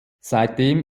seitdem